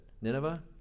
Nineveh